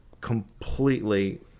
completely